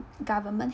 government